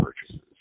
purchases